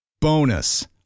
Bonus